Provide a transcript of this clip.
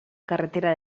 carretera